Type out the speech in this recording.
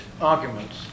arguments